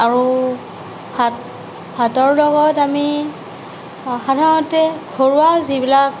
আৰু ভাত ভাতৰ লগত আমি সাধাৰণতে ঘৰুৱা যিবিলাক